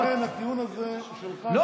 לכן הטיעון הזה שלך נופל, אבל לא משנה.